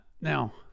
Now